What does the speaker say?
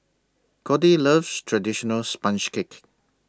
Codey loves Traditional Sponge Cake